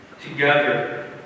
together